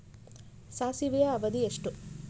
ಸಾಸಿವೆಯ ಅವಧಿ ಎಷ್ಟು?